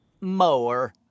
mower